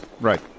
right